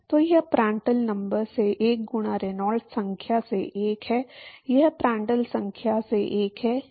तो यह प्रांड्ल संख्या से 1 गुणा रेनॉल्ड्स संख्या से 1 है यह प्रांड्ल संख्या से 1 है